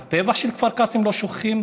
את הטבח של כפר קאסם הם לא שוכחים?